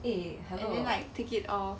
and then like take it off